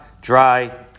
dry